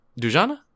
Dujana